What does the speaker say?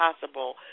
possible